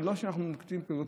אבל ללא שאנחנו נוקטים פעילות,